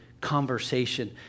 conversation